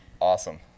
awesome